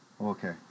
Okay